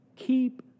Keep